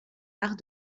arts